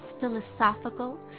philosophical